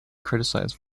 criticised